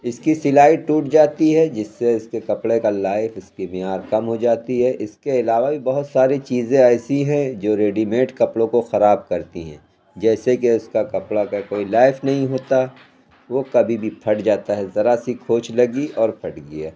اس کی سلائی ٹوٹ جاتی ہے جس سے اس کے کپڑے کا لائف اس کی میعاد کم ہو جاتی ہے اس کے علاوہ بھی بہت ساری چیزیں ایسی ہیں جو ریڈی میڈ کپڑوں کو خراب کرتی ہیں جیسے کہ اس کا کپڑا کا کوئی لائف نہیں ہوتا وہ کبھی بھی پھٹ جاتا ہے ذرا سی کھوچ لگی اور پھٹ گیا